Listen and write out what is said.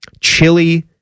Chili